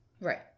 right